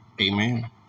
Amen